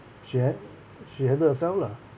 she hand~ she handle herself lah